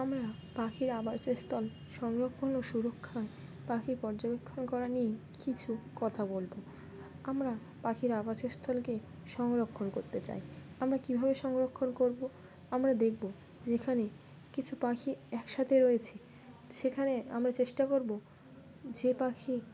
আমরা পাখির আবাসস্থল সংরক্ষণ ও সুরক্ষায় পাখি পর্যবেক্ষণ করা নিয়ে কিছু কথা বলবো আমরা পাখির আবাসস্থলকে সংরক্ষণ করতে চাই আমরা কীভাবে সংরক্ষণ করবো আমরা দেখব যেখানে কিছু পাখি একসাথে রয়েছে সেখানে আমরা চেষ্টা করবো যে পাখি